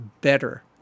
better